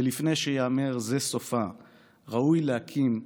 ולפני שייאמר: זה סופה / ראוי להקים,